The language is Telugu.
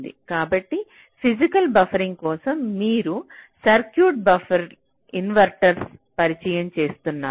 కాబట్టి ఫిజికల్ బఫరింగ్ కోసం మీరు సర్క్యూట్లు బఫర్ ఇన్వర్టర్లను పరిచయం చేస్తున్నారు